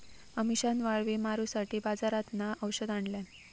अमिशान वाळवी मारूसाठी बाजारातना औषध आणल्यान